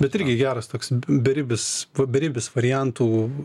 bet irgi geras toks beribis beribis variantų